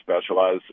specialize